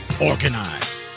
Organized